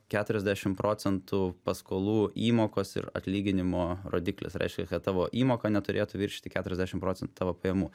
keturiasdešimt procentų paskolų įmokos ir atlyginimo rodiklis reiškia kad tavo įmoka neturėtų viršyti keturiasdešimt procentų tavo pajamų